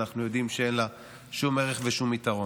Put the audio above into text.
אנחנו יודעים שאין לה שום ערך ושום יתרון,